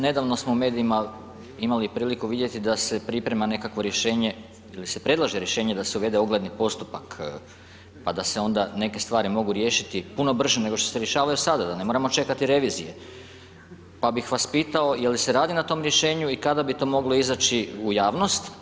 Nedavno smo u medijima imali priliku vidjeti da se priprema nekakvo rješenje ili se predlaže rješenje da se uvede ogledni postupak pa da se onda neke stvari mogu riješiti puno brže nego što se rješavaju sada, da ne moramo čekati revizije pa bih vas pitao je li se radi na tom rješenju i kada bi to moglo izaći u javnost?